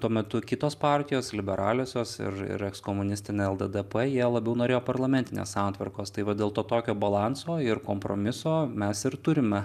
tuo metu kitos partijos liberaliosios ir ir ekskomunistinė lddp jie labiau norėjo parlamentinės santvarkos tai va dėl to tokio balanso ir kompromiso mes ir turime